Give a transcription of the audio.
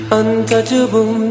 untouchable